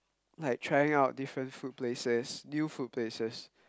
like trying out different food places new food places